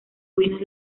ruinas